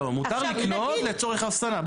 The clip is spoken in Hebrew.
לא, מותר לקנות לצורך אפסנה.